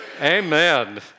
Amen